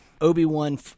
Obi-Wan